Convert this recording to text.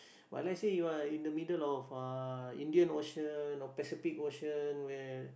but let say you are in the middle of uh Indian Ocean or Pacific Ocean where